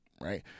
right